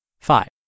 Five